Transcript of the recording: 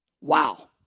Wow